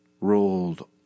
rolled